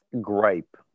gripe